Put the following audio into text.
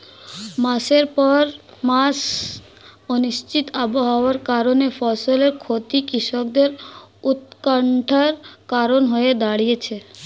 মাসের পর মাস অনিশ্চিত আবহাওয়ার কারণে ফসলের ক্ষতি কৃষকদের উৎকন্ঠার কারণ হয়ে দাঁড়িয়েছে